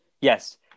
yes